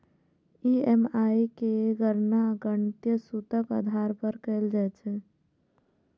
EMI केर गणना गणितीय सूत्रक आधार पर कैल जाइ छै